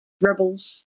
rebels